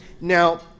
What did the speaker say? Now